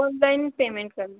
online payment करू